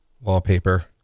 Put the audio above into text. wallpaper